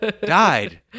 died